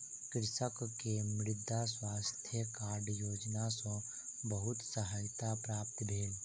कृषक के मृदा स्वास्थ्य कार्ड योजना सॅ बहुत सहायता प्राप्त भेल